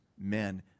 men